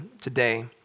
today